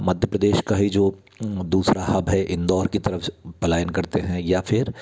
मध्य प्रदेश का ही जो दूसरा हब है इंदौर की तरफ से पलायन करते हैं या फिर